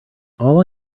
all